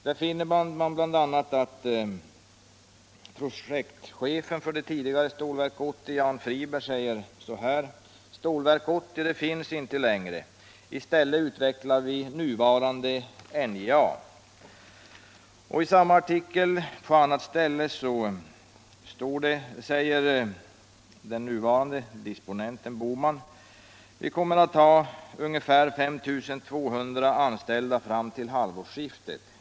Där finner man att projektchefen för det tidigare Stålverk 80, Jan Friberg, säger: ”Stålverk 80 finns inte längre. I stället utvecklar vi nuvarande NJA --=-.” Och på ett annat ställe i samma artikel säger den nuvarande disponenten Per Olof Boman: ”Vi kommer att ha ungefär 5 200 anställda fram till halvårsskiftet.